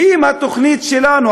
ואם התוכנית שלנו,